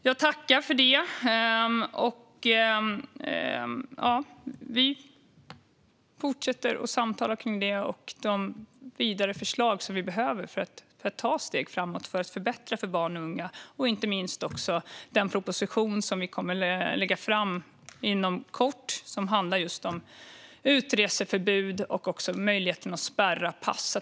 Jag tackar för detta, och vi fortsätter att samtala om det här och om de vidare förslag som vi behöver för att ta steg framåt för att förbättra för barn och unga. Inte minst handlar det om den proposition som vi kommer att lägga fram inom kort. Den handlar just om utreseförbud och om möjligheten att spärra pass.